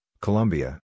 Colombia